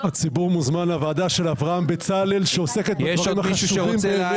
הציבור מוזמן לוועדה של אברהם בצלאל שעוסקת בדברים החשובים באמת.